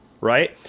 right